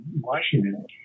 Washington